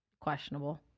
questionable